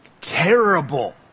Terrible